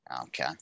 Okay